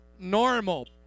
normal